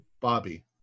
Bobby